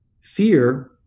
Fear